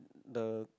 the